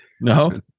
No